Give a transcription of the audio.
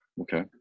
Okay